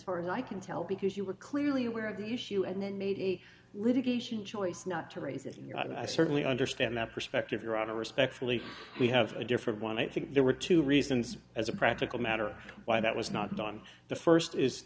far and i can tell because you were clearly aware of the issue and then made a choice not to raise it i certainly understand that perspective your honor respectfully we have a different one i think there were two reasons as a practical matter why that was not done the st is